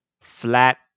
flat